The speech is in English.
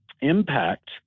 impact